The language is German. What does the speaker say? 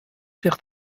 sich